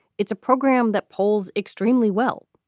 it's a program that pulls extremely well,